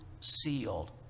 sealed